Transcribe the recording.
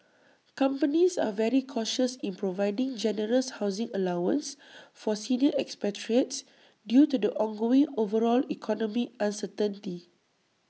companies are very cautious in providing generous housing allowances for senior expatriates due to the ongoing overall economic uncertainty